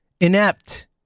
Inept